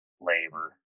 labor